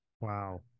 wow